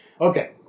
Okay